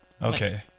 Okay